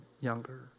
younger